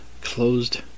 closed